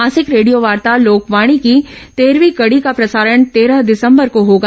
मासिक रेडियोवार्ता लोकवाणी की तेरहवीं कड़ी का प्रसारण तेरह दिसंबर को होगा